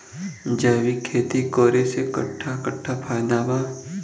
जैविक खेती करे से कट्ठा कट्ठा फायदा बा?